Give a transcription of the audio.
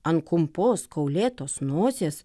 ant kumpos kaulėtos nosies